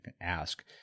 ask